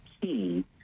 key